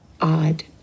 odd